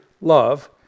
love